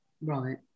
Right